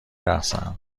رقصن